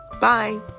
Bye